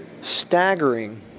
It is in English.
staggering